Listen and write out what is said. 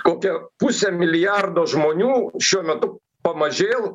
kokia pusė milijardo žmonių šiuo metu pamažėl